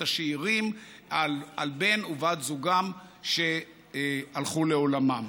השאירים על בן או בת זוגם שהלכו לעולמם.